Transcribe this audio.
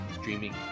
streaming